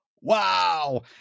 Wow